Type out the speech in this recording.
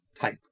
type